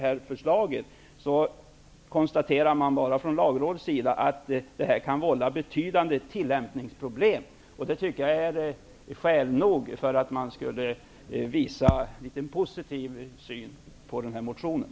Lagrådet konstaterade bara att detta kan vålla betydande tillämpningsproblem. Det anser jag är skäl nog för att man skulle visa en litet positiv syn på denna motion.